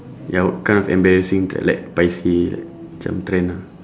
ya what kind of embarrassing tre~ like paiseh like macam trend ah